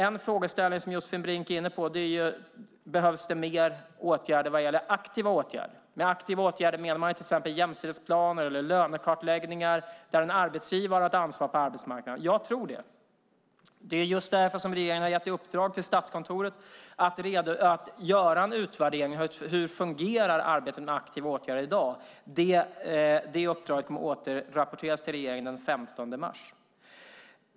En fråga som Josefin Brink var inne på var om det behövs mer aktiva åtgärder. Med aktiva åtgärder menas till exempel jämställdhetsplaner och lönekartläggningar där en arbetsgivare har ett ansvar på arbetsmarknaden. Jag tror att det behövs. Det är därför regeringen gett Statskontoret i uppdrag att göra en utvärdering av hur arbetet med aktiva åtgärder fungerar i dag. Det uppdraget ska rapporteras till regeringen den 15 mars.